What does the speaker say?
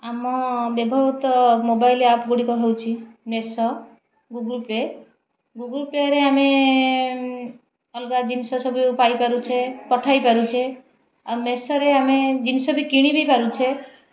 ଆମ ବ୍ୟବହୃତ mobile app ଗୁଡ଼ିକ ହେଉଛି ମେସୋ ଗୁଗୁଲ୍ ପେ ଗୁଗୁଲ୍ ପେରେ ଆମେ ଅଲଗା ଜିନିଷ ସବୁ ପାଇପାରୁଛେ ପଠାଇ ପାରୁଛେ ଆଉ ମେସୋରେ ଆମେ ଜିନିଷ ବି କିଣିବି ପାରୁଛେ